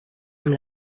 amb